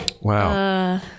Wow